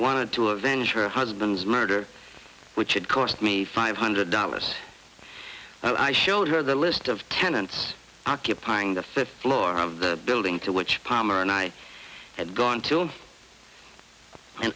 wanted to avenge her husband's murder which had cost me five hundred dollars and i showed her the list of tenants occupying the fifth floor of the building to which palmer and i had gone to